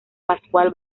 pascual